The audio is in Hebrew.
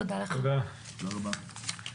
תודה רבה.